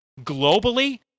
Globally